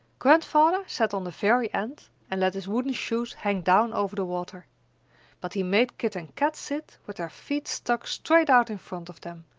grandfather sat on the very end and let his wooden shoes hang down over the water but he made kit and kat sit with their feet stuck straight out in front of them,